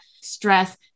stress